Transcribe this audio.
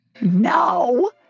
No